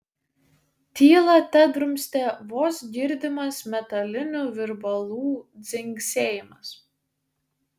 tylą tedrumstė vos girdimas metalinių virbalų dzingsėjimas